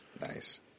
Nice